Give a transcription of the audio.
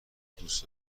دوست